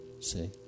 See